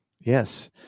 Yes